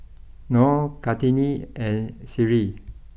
Nor Kartini and Seri